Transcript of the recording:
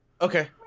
okay